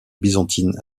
byzantine